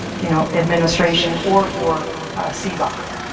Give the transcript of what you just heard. you know administration or for cboc.